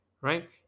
Right